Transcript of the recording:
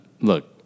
look